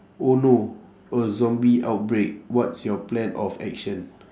oh no a zombie outbreak what's your plan of action